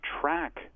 track